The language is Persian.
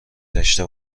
داشته